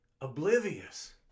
oblivious